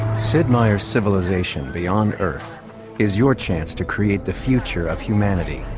sid meier's civilization beyond earth is your chance to create the future of humanity.